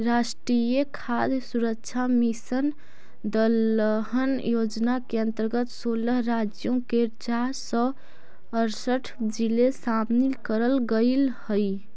राष्ट्रीय खाद्य सुरक्षा मिशन दलहन योजना के अंतर्गत सोलह राज्यों के चार सौ अरसठ जिले शामिल करल गईल हई